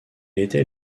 était